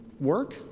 work